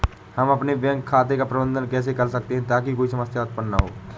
हम अपने बैंक खाते का प्रबंधन कैसे कर सकते हैं ताकि कोई समस्या उत्पन्न न हो?